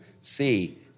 see